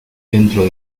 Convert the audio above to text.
dentro